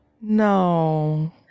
No